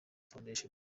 foundation